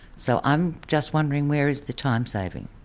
so i'm just wondering where is the time saving?